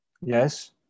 Yes